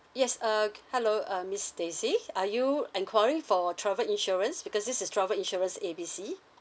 yes uh hello uh miss stacy are you enquiring for travel insurance because this is travel insurance A B C